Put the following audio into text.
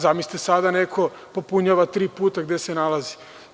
Zamislite sada neko da popunjava tri puta gde se nalazi.